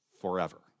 forever